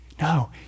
No